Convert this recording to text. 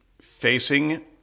facing